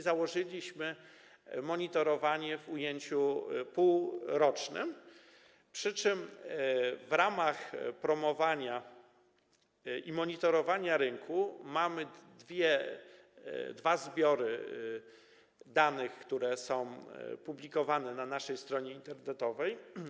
Założyliśmy monitorowanie w ujęciu półrocznym, przy czym w ramach promowania i monitorowania rynku mamy dwa zbiory danych, które są publikowane na naszej stronie internetowej.